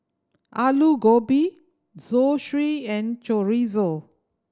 Alu Gobi Zosui and Chorizo